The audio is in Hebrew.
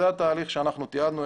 זה התהליך אותו תיעדנו.